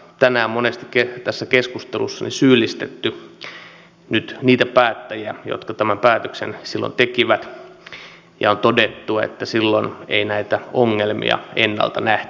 b tänään monet jo tässä keskustelussa tänään on monesti syyllistetty niitä päättäjiä jotka tämän päätöksen silloin tekivät ja on todettu että silloin ei näitä ongelmia ennalta nähty